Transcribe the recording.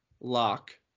lock